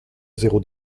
zéro